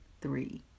three